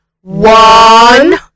one